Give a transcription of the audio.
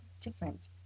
Different